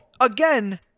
again